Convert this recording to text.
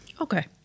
Okay